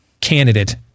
candidate